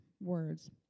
words